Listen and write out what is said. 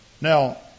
Now